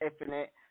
Infinite